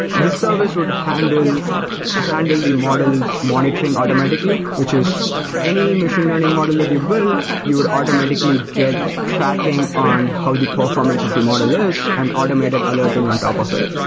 the service would handle handle the models monitoring automatically, which is any machine learning model that you build, you would automatically get tracking on how the performance of the model is and automated alerting on top of it.